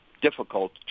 difficult